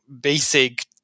basic